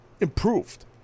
improved